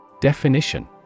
Definition